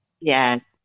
Yes